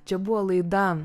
čia buvo laida